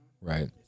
right